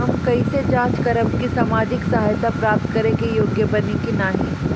हम कइसे जांच करब कि सामाजिक सहायता प्राप्त करे के योग्य बानी की नाहीं?